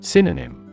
Synonym